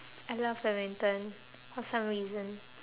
I love badminton for some reason